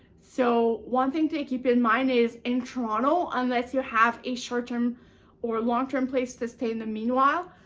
so, one thing to keep in mind is in toronto, unless you have a short-term or long-term place to stay in the meanwhile,